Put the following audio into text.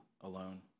alone